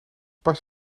pas